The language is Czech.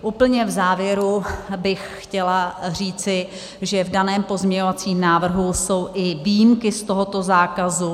Úplně v závěru bych chtěla říci, že v daném pozměňovacím návrhu jsou i výjimky z tohoto zákazu.